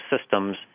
systems